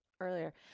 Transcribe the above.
earlier